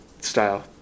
style